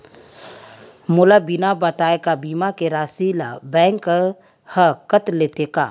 मोला बिना बताय का बीमा के राशि ला बैंक हा कत लेते का?